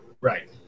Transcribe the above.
right